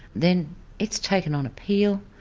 then it's taken on appeal,